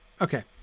Okay